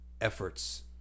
efforts